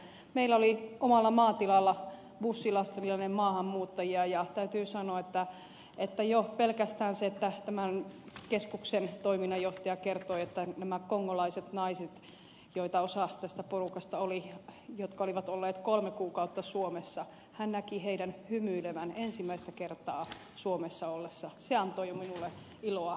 meillä oli omalla maatilalla bussilastillinen maahanmuuttajia ja täytyy sanoa että jo pelkästään se että tämän keskuksen toiminnanjohtaja kertoi näistä kongolaisista naisista joita osa tästä porukasta oli ja jotka olivat olleet kolme kuukautta suomessa että hän näki heidän hymyilevän ensimmäistä kertaa suomessa ollessaan antoi minulle iloa monta päivää